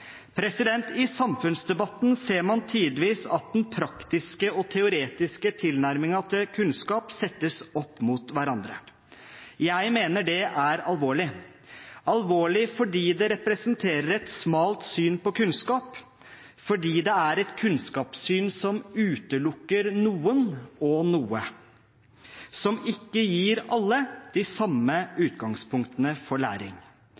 I samfunnsdebatten ser man tidvis at den praktiske og teoretiske tilnærmingen til kunnskap settes opp mot hverandre. Jeg mener det er alvorlig – alvorlig fordi det representerer et smalt syn på kunnskap, fordi det er et kunnskapssyn som utelukker noen og noe, som ikke gir alle de samme utgangspunktene for læring.